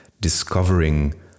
discovering